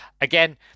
Again